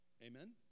amen